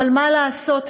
אבל מה לעשות,